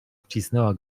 wcisnęła